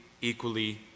equally